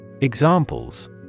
Examples